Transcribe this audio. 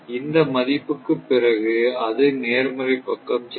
இந்த மதிப்புக்கு பிறகு இது நேர்மறை பக்கம் செல்லும்